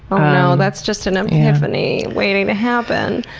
oh, that's just an um epiphany. waiting to happen.